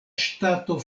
ŝtato